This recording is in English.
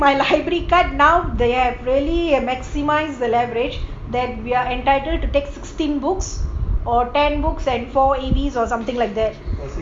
of course in fact my library card now they have really maximised the leverage that we are entitled to take sixteen books or ten books and four A_B or something like that